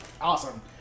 Awesome